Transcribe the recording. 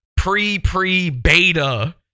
Pre-pre-beta